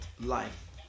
life